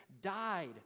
died